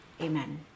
Amen